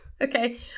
Okay